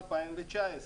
2019,